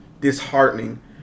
disheartening